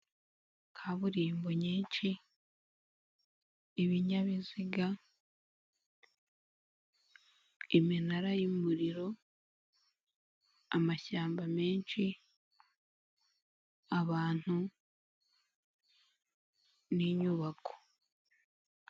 Kaburimbo nyinshi, ibinyabiziga, iminara y'umuriro, amashyamba menshi, abantu n'inyubako.